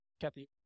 Kathy